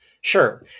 Sure